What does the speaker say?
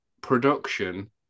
production